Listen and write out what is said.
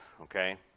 Okay